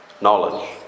knowledge